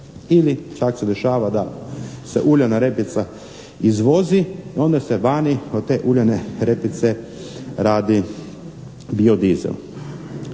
ili čak se dešava da se uljana repica izvozi i onda se vani od te uljane repice radi bio dizel.